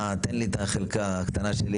תן לי את החלקה הקטנה שלי,